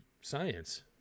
science